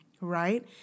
Right